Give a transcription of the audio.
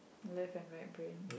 left and right brain